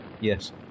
Yes